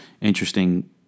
interesting